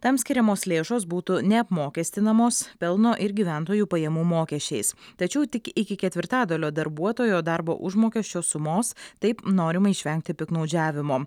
tam skiriamos lėšos būtų neapmokestinamos pelno ir gyventojų pajamų mokesčiais tačiau tik iki ketvirtadalio darbuotojo darbo užmokesčio sumos taip norima išvengti piktnaudžiavimo